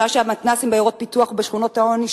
בשעה שהמתנ"סים בעיירות הפיתוח ובשכונות העוני,